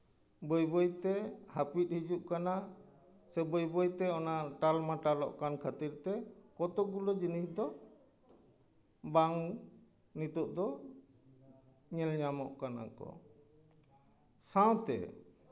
ᱵᱟᱹᱭᱼᱵᱟᱹᱭ ᱛᱮ ᱦᱟᱹᱯᱤᱫ ᱦᱤᱡᱩᱜ ᱠᱟᱱᱟ ᱥᱮ ᱵᱟᱹᱭᱼᱵᱟᱹᱭ ᱛᱮ ᱚᱱᱟ ᱴᱟᱞ ᱢᱟᱴᱟᱞᱚᱜ ᱠᱷᱟᱱ ᱠᱷᱟᱹᱛᱤᱨ ᱛᱮ ᱠᱚᱛᱳᱠ ᱜᱩᱞᱳ ᱡᱤᱱᱤᱥ ᱫᱚ ᱵᱟᱝ ᱱᱤᱛᱚᱜ ᱫᱚ ᱧᱮᱞ ᱧᱟᱢᱚᱜ ᱠᱟᱱᱟ ᱠᱚ ᱥᱟᱶᱛᱮ